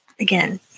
again